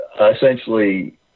essentially –